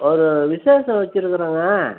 ஒரு விசேஷம் வெச்சுருக்குறோங்க